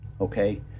Okay